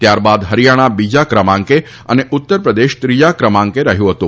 ત્યારબાદ હરીયાણા બીજા ક્રમાંકે અને ઉત્તર પ્રદેશ ત્રીજા કરમાંકે રહયું હતું